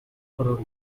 coronet